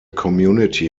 community